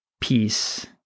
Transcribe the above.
Peace